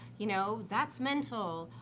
you know, that's mental.